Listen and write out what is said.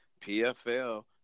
pfl